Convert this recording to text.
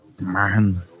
Man